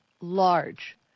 large